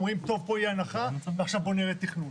אומרים טוב פה תהיה הנחה ועכשיו בוא נראה תכנון.